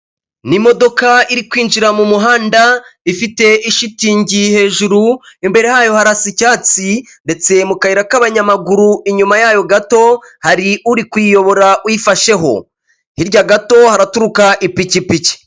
Ni imodoka iri kwinjira mu muhanda, ifite ishitingi hejuru, imbere hayo harasa icyatsi, ndetse mu kayira k'abanyamaguru inyuma yayo gato, hari uri kuyiyobora uyifasheho. Hirya gato haraturuka ipikipiki.